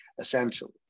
essentially